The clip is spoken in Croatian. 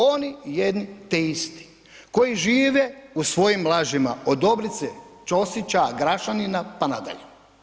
Oni jedni te iste koji žive u svojim lažima od Dobrice Ćosića, Grašanina pa nadalje.